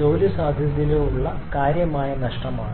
ജോലി സാധ്യതയിലോ ഉള്ള കാര്യമായ നഷ്ടമാണ്